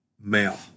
male